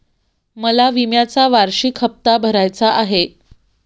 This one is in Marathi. मला विम्याचा वार्षिक हप्ता भरायचा आहे